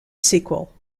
sequel